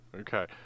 Okay